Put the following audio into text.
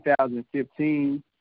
2015